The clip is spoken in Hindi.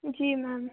जी मैम